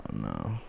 no